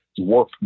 work